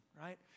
right